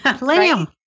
lamb